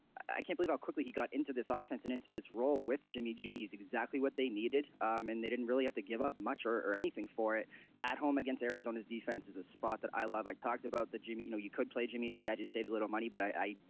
i can't believe how quickly he got into this ah offensive into this role with jimmy g. he's exactly what they needed and they didn't really have to give up much or anything for it at home against arizona's defenses a spot that i love i talked about the jimmy you know you could play jimmy g i just save a little money but i.